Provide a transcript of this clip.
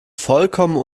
vollkommen